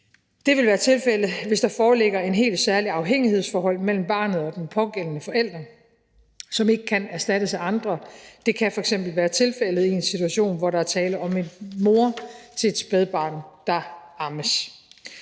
Det vil være tilfældet, hvis der foreligger et helt særligt afhængighedsforhold mellem barnet og den pågældende forælder, som ikke kan erstattes af andre. Det kan f.eks. være tilfældet i en situation, hvor der er tale om en mor til et spædbarn, der ammes.